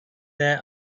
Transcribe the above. their